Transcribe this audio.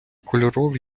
кольорові